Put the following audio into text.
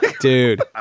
Dude